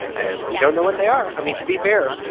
and we don't know what they are. i mean, to be fair,